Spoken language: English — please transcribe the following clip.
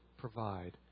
provide